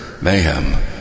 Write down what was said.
mayhem